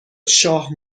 شاه